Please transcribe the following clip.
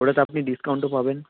ওটাতে আপনি ডিসকাউন্টও পাবেন